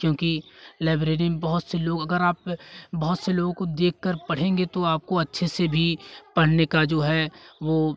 क्योंकि लाइब्रेरी में बहुत से लोग अगर आप बहुत से लोगों को देखकर पढ़ेंगे तो आपको अच्छे से से भी पढ़ने का जो है वो